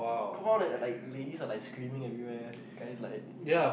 confirm all the like ladies are like screaming everywhere guys like